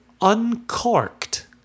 uncorked